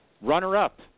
runner-up